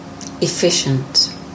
Efficient